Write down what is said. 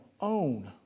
own